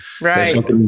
Right